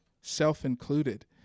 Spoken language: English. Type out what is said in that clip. self-included